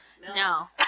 No